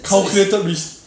calculated risk